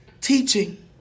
Teaching